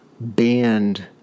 banned